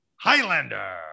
Highlander